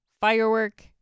Firework